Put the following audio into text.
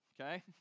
okay